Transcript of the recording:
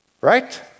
Right